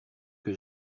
que